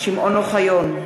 שמעון אוחיון,